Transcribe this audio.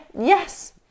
yes